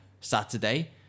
Saturday